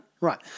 Right